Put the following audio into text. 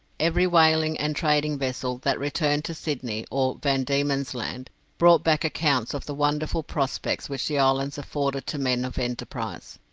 every whaling and trading vessel that returned to sydney or van diemen's land brought back accounts of the wonderful prospects which the islands afforded to men of enterprise,